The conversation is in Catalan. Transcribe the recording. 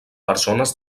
persones